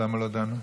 למה לא דנו?